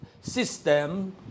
system